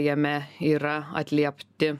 jame yra atliepti